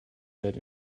said